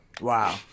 Wow